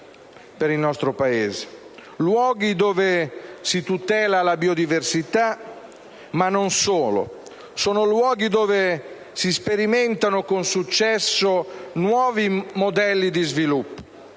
per il nostro Paese: luoghi dove si tutela la biodiversità e dove si sperimentano con successo nuovi modelli di sviluppo.